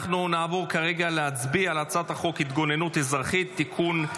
אנחנו נעבור כרגע להצביע על הצעת חוק ההתגוננות האזרחית (תיקון,